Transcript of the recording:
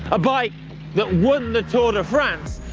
a bike that won the tour de france,